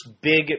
big